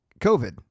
COVID